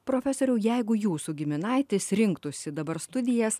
profesoriau jeigu jūsų giminaitis rinktųsi dabar studijas